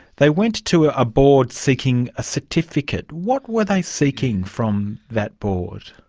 they went to a ah board seeking a certificate. what were they seeking from that board?